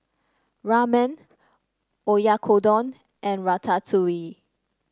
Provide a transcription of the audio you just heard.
Ramen Oyakodon and Ratatouille